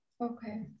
Okay